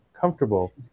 comfortable